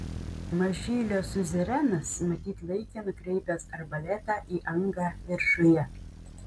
mažylio siuzerenas matyt laikė nukreipęs arbaletą į angą viršuje